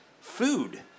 Food